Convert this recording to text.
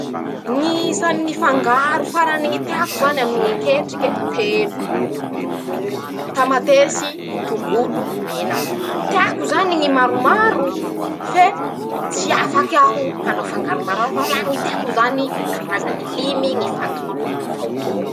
<...>Ñy isany fangaro farany teako zany aminy ñy ketrike, telo: -Tamatesy; tongolo, menaky, teako zany ñy maromaro, fe tsy afaky aho hanao fangaromarmaro fa la ñy teako zany karazany limy ñy fangaro ataoko ao.